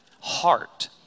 heart